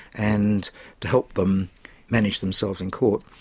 and to help them manage themselves in court.